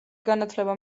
განათლება